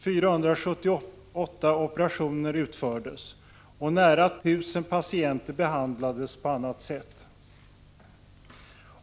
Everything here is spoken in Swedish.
478 operationer utfördes och nära 1 000 patienter behandlades på annat sätt.